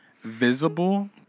visible